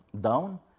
down